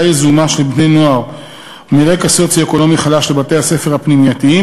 יזומה של בני-נוער מרקע סוציו-אקונומי חלש לבתי-הספר הפנימייתיים.